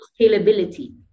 scalability